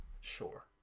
sure